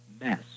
mess